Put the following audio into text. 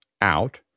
out